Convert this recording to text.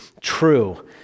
true